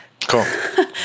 Cool